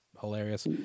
hilarious